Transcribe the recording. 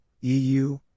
EU